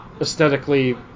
aesthetically